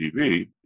tv